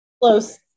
close